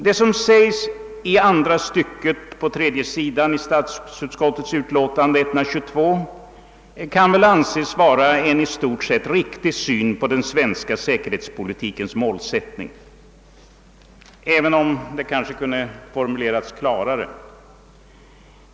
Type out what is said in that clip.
Det som sägs i andra stycket på s. 3 i statsutskottets utlåtande nr 122 kan väl anses uttrycka en i stort sett riktig syn på den svenska säkerhetspolitikens målsättning, även om det kanske kunde ha formulerats tydligare.